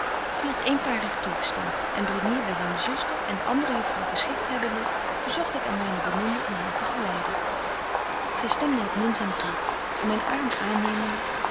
wierdt eenparig toegestemd en brunier by zyne zuster en de andere juffrouw geschikt hebbende verzogt ik aan myne beminde om haar te geleiden zy stemde het minzaam toe en myn arm aannemende